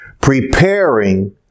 preparing